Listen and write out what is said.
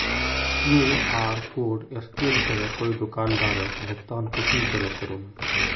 QR code scan करे कोई दुकानदारोक भुगतान कुंसम करे करूम?